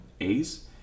A's